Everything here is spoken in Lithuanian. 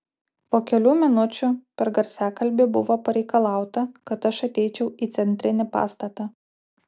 po kelių minučių per garsiakalbį buvo pareikalauta kad aš ateičiau į centrinį pastatą